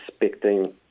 expecting